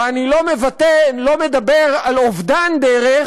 ואני לא מדבר על אובדן דרך,